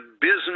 business